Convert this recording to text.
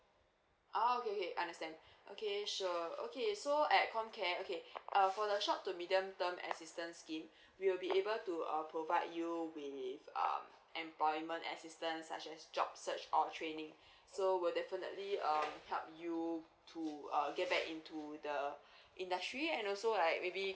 ah okay okay understand okay sure okay so at comcare okay uh for the short to medium term assistance scheme we'll be able to uh provide you with um employment assistance such as job search or training so we'll definitely um help you to uh get back into the industry and also like maybe